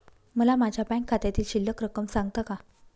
मला माझ्या बँक खात्यातील शिल्लक रक्कम सांगता का?